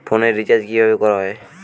ফোনের রিচার্জ কিভাবে করা যায়?